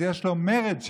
אז יש לו מרד שם.